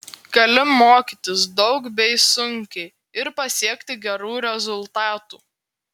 gali mokytis daug bei sunkiai ir pasiekti gerų rezultatų